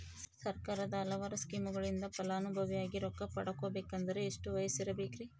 ಸರ್ಕಾರದ ಹಲವಾರು ಸ್ಕೇಮುಗಳಿಂದ ಫಲಾನುಭವಿಯಾಗಿ ರೊಕ್ಕ ಪಡಕೊಬೇಕಂದರೆ ಎಷ್ಟು ವಯಸ್ಸಿರಬೇಕ್ರಿ?